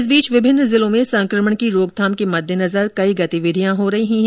इस बीच विभिन्न जिलों में संकमण की रोकथाम के मददेनजर कई गतिविधियां हो रही हैं